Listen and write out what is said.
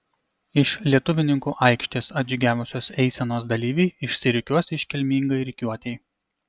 iš lietuvininkų aikštės atžygiavusios eisenos dalyviai išsirikiuos iškilmingai rikiuotei